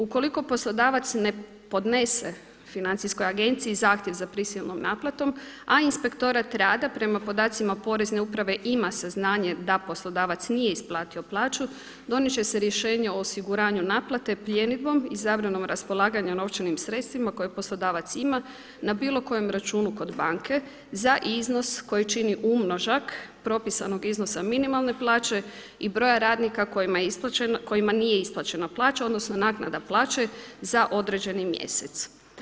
Ukoliko poslodavac ne podnese Financijskoj agenciji zahtjev za prisilnom naplatom a inspektorat rada prema podacima porezne uprave ima saznanje da poslodavac nije isplatio plaću donesti će se rješenje o osiguranju naplate, pljenidbom i zabranom raspolaganja novčanim sredstvima koje poslodavac ima na bilo kojem računu kod banke za iznos koji čini umnožak propisano iznosa minimalne plaće i broja radnika kojima nije isplaćena plaća, odnosno naknada plaće za određeni mjesec.